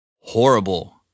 Horrible